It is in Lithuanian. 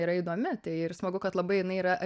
yra įdomi ir smagu kad labai jinai yra